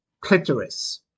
clitoris